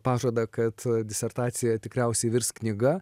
pažadą kad disertacija tikriausiai virs knyga